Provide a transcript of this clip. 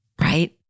Right